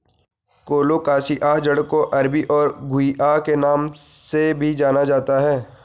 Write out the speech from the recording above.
colocasia जड़ को अरबी और घुइआ के नाम से भी जाना जाता है